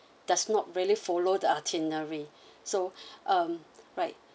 does not really follow the itinerary so um right